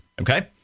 Okay